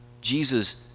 Jesus